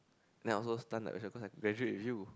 then I also stun like vegetable cause I graduate with you